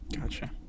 Gotcha